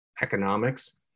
economics